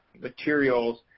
materials